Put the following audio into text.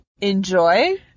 enjoy